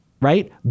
right